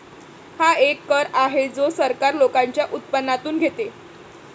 हा एक कर आहे जो सरकार लोकांच्या उत्पन्नातून घेते